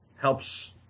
helps